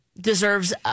deserves